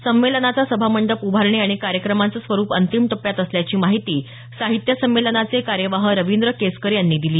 संमेलनाचा सभा मंडप उभारणी आणि कार्यक्रमांचे स्वरूप अंतिम टप्प्यात असल्याची माहिती साहित्य संमेलनाचे कार्यवाह रवींद्र केसकर यांनी दिली